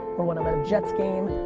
or when i'm at a jets game,